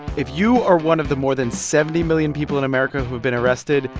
if you are one of the more than seventy million people in america who have been arrested,